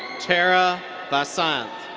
tara vasanth.